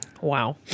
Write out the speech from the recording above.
Wow